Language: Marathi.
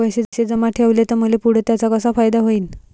पैसे जमा ठेवले त मले पुढं त्याचा कसा फायदा होईन?